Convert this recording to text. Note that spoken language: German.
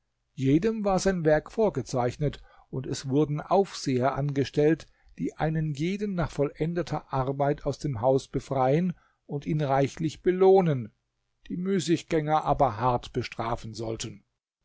jedem war sein werk vorgezeichnet und es wurden aufseher angestellt die einen jeden nach vollendeter arbeit aus dem haus befreien und ihn reichlich belohnen die müßiggänger aber hart bestrafen sollten